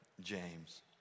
James